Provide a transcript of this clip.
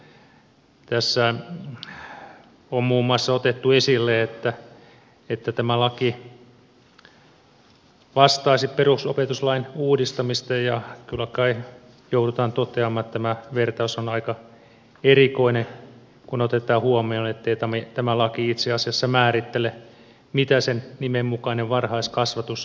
tässä on muun muassa otettu esille että tämä laki vastaisi perusopetuslain uudistamista ja kyllä kai joudutaan toteamaan että tämä vertaus on aika erikoinen kun otetaan huomioon ettei tämä laki itse asiassa määrittele mitä sen nimen mukainen varhaiskasvatus tarkoittaa